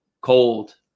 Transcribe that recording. cold